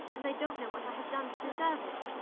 and i don't know what i have done to deserve it.